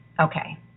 Okay